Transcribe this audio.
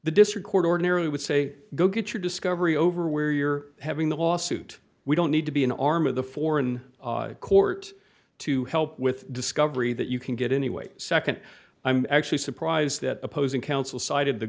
the district court ordinarily would say go get your discovery over where you're having the lawsuit we don't need to be an arm of the foreign court to help with discovery that you can get anyway nd i'm actually surprised that opposing counsel cited the